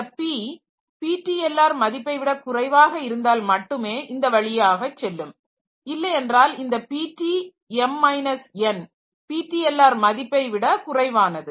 இந்த P PTLR மதிப்பைவிட குறைவாக இருந்தால் மட்டுமே இந்த வழியாக செல்லும் இல்லை என்றால் இந்த PT m minus n PTLR மதிப்பைவிட குறைவானது